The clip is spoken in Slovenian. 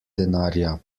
denarja